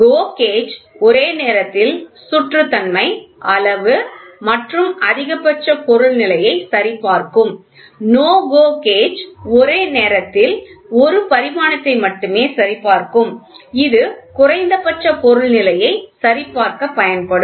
GO gauge ஒரே நேரத்தில் சுற்றுத்தன்மை அளவு மற்றும் அதிகபட்ச பொருள் நிலையை சரிபார்க்கும் NO GO கேஜ் ஒரு நேரத்தில் ஒரு பரிமாணத்தை மட்டுமே சரிபார்க்கும் இது குறைந்தபட்ச பொருள் நிலையை சரிபார்க்க பயன்படும்